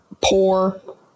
poor